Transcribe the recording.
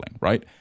right